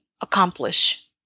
accomplish